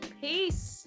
Peace